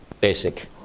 basic